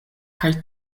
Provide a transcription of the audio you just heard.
kaj